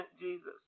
Jesus